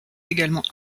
également